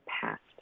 past